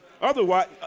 otherwise